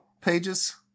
Pages